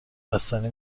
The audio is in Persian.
بستنی